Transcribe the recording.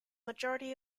majority